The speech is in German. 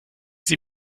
sie